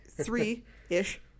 three-ish